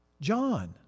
John